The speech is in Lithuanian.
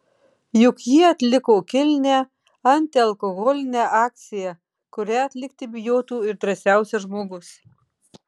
juk jie atliko kilnią antialkoholinę akciją kurią atlikti bijotų ir drąsiausias žmogus